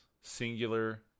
Singular